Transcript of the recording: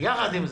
יחד עם זה,